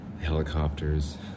Helicopters